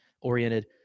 oriented